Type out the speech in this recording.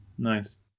Nice